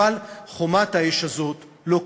אבל חומת האש הזאת לא קיימת.